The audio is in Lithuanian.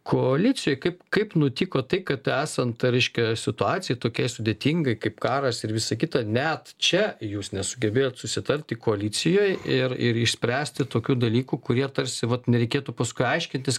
koalicijoj kaip kaip nutiko tai kad esant reiškia situacijai tokiai sudėtingai kaip karas ir visa kita net čia jūs nesugebėjot susitarti koalicijoj ir ir išspręsti tokių dalykų kurie tarsi vat nereikėtų paskui aiškintis